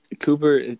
Cooper